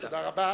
תודה רבה.